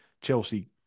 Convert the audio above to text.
Chelsea